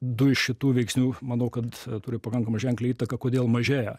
du iš šitų veiksnių manau kad turi pakankamai ženklią įtaką kodėl mažėja